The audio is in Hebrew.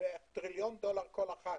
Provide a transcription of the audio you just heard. בטריליון דולר כל אחת,